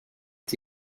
est